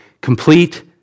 complete